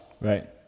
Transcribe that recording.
right